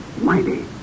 mighty